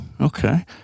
Okay